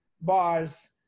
bars